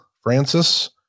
francis